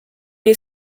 est